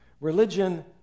Religion